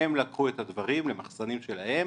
הם לקחו את הדברים למחסנים שלהם,